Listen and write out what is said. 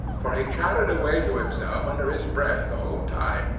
for he chattered away to himself under his breath the whole time,